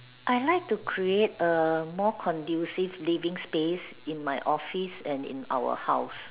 I like to create a more conducive living space in my office and in our house